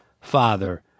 father